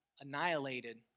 annihilated